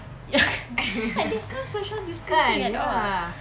ya like there's no social distancing at all